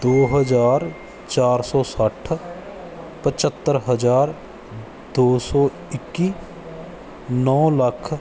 ਦੋ ਹਜ਼ਾਰ ਚਾਰ ਸੌ ਸੱਠ ਪਝੱਤਰ ਹਜ਼ਾਰ ਦੋ ਸੌ ਇੱਕੀ ਨੌ ਲੱਖ